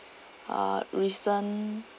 uh recent